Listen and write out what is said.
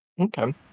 Okay